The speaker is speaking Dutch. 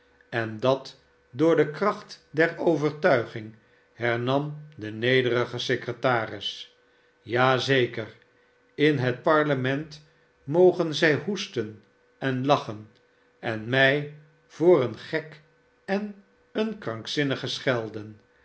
en dat door de kracht der overtuiging hernam de nederige secretaris ja zeker in het parlement mogen zij hoesten en lachen en mij voor een gek en een krankzinnige schelden